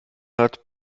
hat